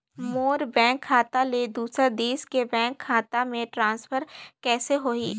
मोर bank खाता ले दुसर देश के बैंक खाता मे ट्रांसफर कइसे होही?